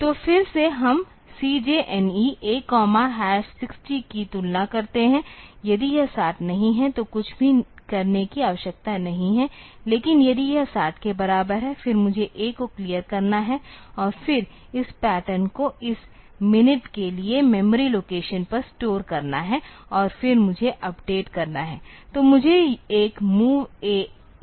तो फिर से हम CJNE A 60 की तुलना करते हैं यदि यह 60 नहीं है तो कुछ भी करने की आवश्यकता नहीं है लेकिन यदि यह 60 के बराबर है फिर मुझे A को क्लियर करना है और फिर इस पैटर्न को इस मिनट के लिए मेमोरी लोकेशन पर स्टोर करना है और फिर मुझे अपडेट करना है